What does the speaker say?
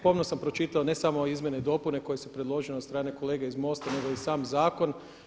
Pomno sam pročitao ne samo izmjene i dopune koje su predložene od strane kolega iz MOST-a nego i sam zakon.